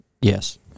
yes